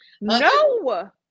No